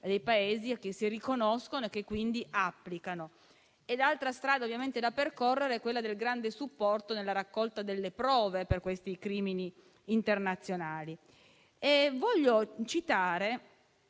dei Paesi che vi si riconoscono. L'altra strada da percorrere è quella del grande supporto nella raccolta delle prove per questi crimini internazionali. Voglio citare